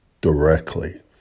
directly